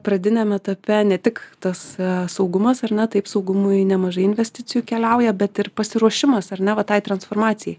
pradiniam etape ne tik tas saugumas ar ne taip saugumui nemažai investicijų keliauja bet ir pasiruošimas ar ne va tai transformacijai